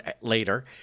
later